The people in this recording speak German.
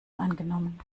angenommen